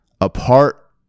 apart